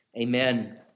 Amen